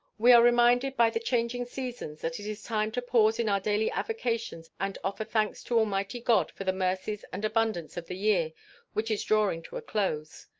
we are reminded by the changing seasons that it is time to pause in our daily avocations and offer thanks to almighty god for the mercies and abundance of the year which is drawing to a close.